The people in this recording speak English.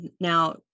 now